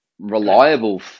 reliable